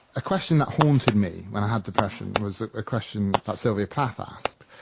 a question that haunted me when i had depression was a question that sylvia plath asked.